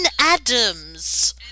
adams